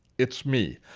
it's me.